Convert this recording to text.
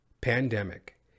pandemic